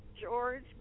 George